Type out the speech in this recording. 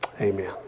Amen